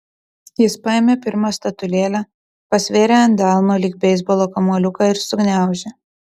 jis paėmė pirmą statulėlę pasvėrė ant delno lyg beisbolo kamuoliuką ir sugniaužė